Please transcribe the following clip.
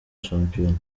shampiyona